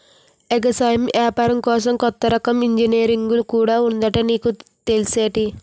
ఎగసాయం ఏపారం కోసం కొత్త రకం ఇంజనీరుంగు కూడా ఉందట నీకు తెల్సేటి?